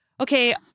okay